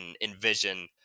envision